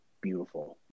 beautiful